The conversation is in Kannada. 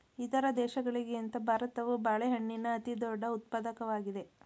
ಇತರ ದೇಶಗಳಿಗಿಂತ ಭಾರತವು ಬಾಳೆಹಣ್ಣಿನ ಅತಿದೊಡ್ಡ ಉತ್ಪಾದಕವಾಗಿದೆ